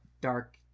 dark